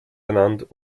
ernannt